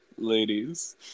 ladies